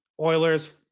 Oilers